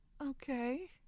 okay